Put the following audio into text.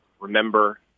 remember